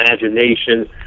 imagination